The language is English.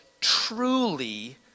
truly